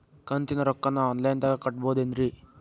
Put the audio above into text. ಕಂತಿನ ರೊಕ್ಕನ ಆನ್ಲೈನ್ ದಾಗ ಕಟ್ಟಬಹುದೇನ್ರಿ?